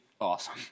Awesome